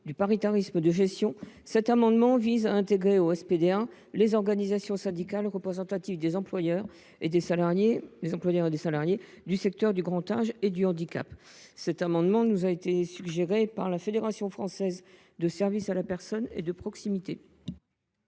nous proposons, par cet amendement, d’intégrer au SPDA les organisations syndicales représentatives des employeurs et des salariés du secteur du grand âge et du handicap. Cet amendement nous a été suggéré par la Fédération française des services à la personne et de proximité